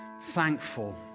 thankful